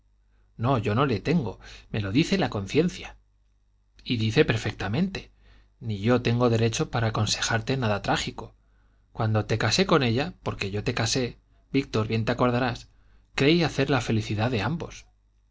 no yo no le tengo me lo dice la conciencia y dice perfectamente ni yo tengo derecho para aconsejarte nada trágico cuando te casé con ella porque yo te casé víctor bien te acordarás creí hacer la felicidad de ambos